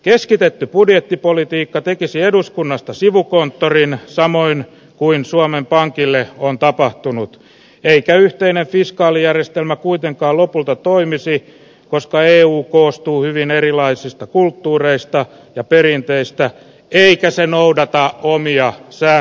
keskitetty budjettipolitiikka tekisi eduskunnasta sivukonttorina samoin kuin suomen pankille on tapahtunut eikä yhtenä fiskaalijärjestelmä kuitenkaan lopulta toimisi koska eu koostuu hyvin erilaisista kulttuureista ja perinteistä eikä sennoudattaa puomi ja sää